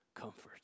comfort